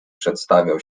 przedstawiał